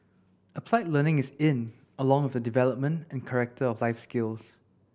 applied learning is in along with the development of character and life skills